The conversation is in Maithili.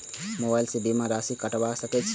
मोबाइल से बीमा के राशि कटवा सके छिऐ?